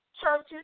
churches